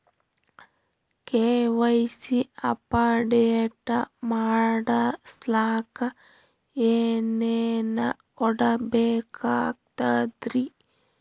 KYC update ಮಾಡಸ್ಲಕ ಏನೇನ ಕೊಡಬೇಕಾಗ್ತದ್ರಿ?